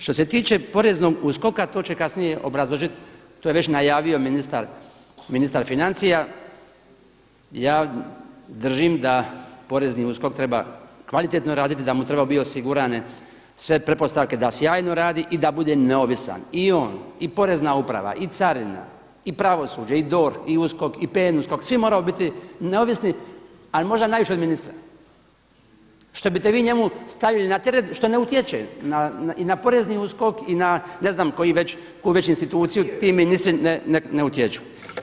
Što se tiče Poreznog USKOK-a to će kasnije obrazložiti, to je već najavio ministar financija, ja držim da Porezni USKOK treba kvalitetno raditi, da mu trebaju biti osigurane sve pretpostavke da sjajno radi i da bude neovisan i on, i Porezna uprava, i carina, i pravosuđe, i DORH i USKOK, i PNUSKOK svi moraju biti neovisni, ali možda najviše od ministra, što bite vi njemu stavljali na teret što ne utječe i na Porezni USKOK i na ne znam koju već instituciju ti ministri ne utječu.